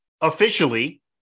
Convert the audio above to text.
officially